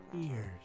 ears